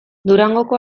durangoko